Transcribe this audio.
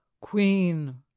Queen